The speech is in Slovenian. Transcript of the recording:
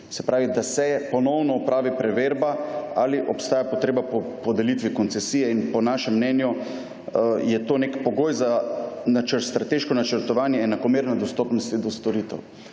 Se pravi, da se ponovno opravi preverba, ali obstaja potreba po podelitvi koncesije. In po našem mnenju je to nek pogoj za strateško načrtovanje in enakomerno dostopnost do storitev.